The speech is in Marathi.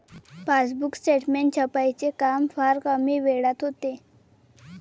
पासबुक स्टेटमेंट छपाईचे काम फार कमी वेळात होते